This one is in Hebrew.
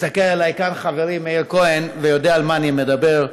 מסתכל עליי כאן חברי מאיר כהן ויודע על מה אני מדבר.